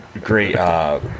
great